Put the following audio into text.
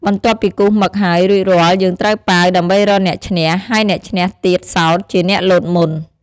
បន្ទាប់ពីគូសមឹកហើយរួចរាល់យើងត្រូវប៉ាវដើម្បីរកអ្នកឈ្នះ ហើយអ្នកឈ្នះទៀតសោតជាអ្នកលោតមុន។